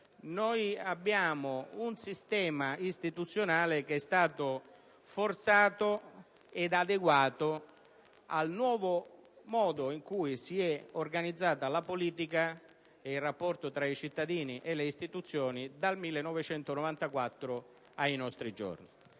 di un sistema istituzionale che è stato forzato ed adeguato al nuovo modo in cui si è organizzata la politica e il rapporto tra i cittadini e le istituzioni dal 1994 ai giorni